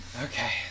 okay